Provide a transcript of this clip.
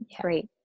Great